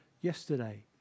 yesterday